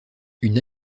une